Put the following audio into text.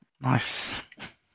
Nice